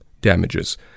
damages